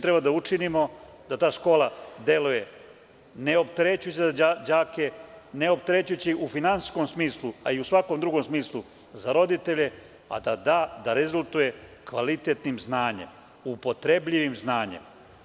Treba da učinimo da ta škola deluje neopterećujuće za đake, neoperećujuće u finansijskom smislu, a i u svakom drugom smislu za roditelje, a da rezultuje kvalitetnim i upotrebljivim znanjem.